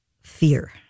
Fear